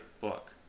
book